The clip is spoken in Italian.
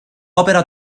opera